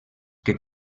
que